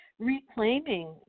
reclaiming